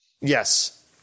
Yes